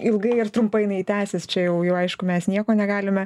ilgai ar trumpai jinai tęsis čia jau jau aišku mes nieko negalime